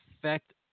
affect